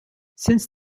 since